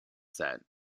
set